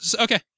Okay